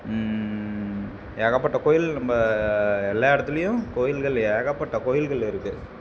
ஏகப்பட்ட கோவில் நம்ம எல்லா இடத்துலையும் கோவில்கள் ஏகப்பட்ட கோவில்கள் இருக்குது